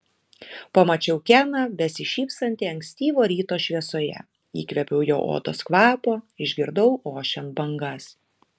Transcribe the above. pamačiau keną besišypsantį ankstyvo ryto šviesoje įkvėpiau jo odos kvapo išgirdau ošiant bangas